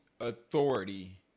authority